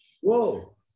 Whoa